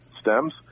stems